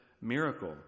miracle